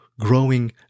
growing